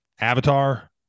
Avatar